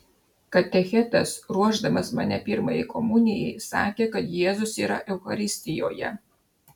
katechetas ruošdamas mane pirmajai komunijai sakė kad jėzus yra eucharistijoje